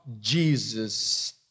Jesus